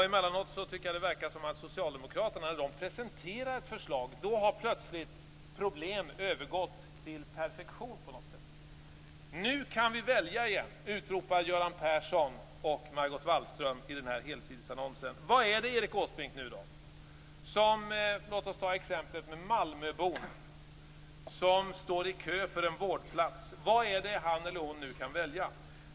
Emellanåt tycker jag att när socialdemokraterna presenterar ett förslag verkar det som om problem plötsligt har övergått till perfektion. Nu kan vi välja igen! utropar Göran Persson och Margot Wallström i den här helsidesannonsen. Låt oss ta exemplet med Malmöbon som står i kö för en vårdplats. Vad är det han eller hon nu kan välja?